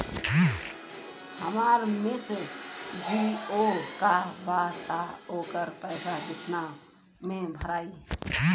हमार सिम जीओ का बा त ओकर पैसा कितना मे भराई?